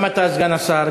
גם אתה סגן השר,